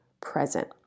present